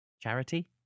charity